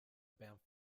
banff